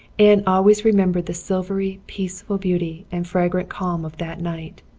anne always remembered the silvery, peaceful beauty and fragrant calm of that night.